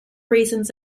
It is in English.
reasons